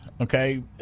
okay